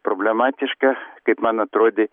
problematiška kaip man atrodė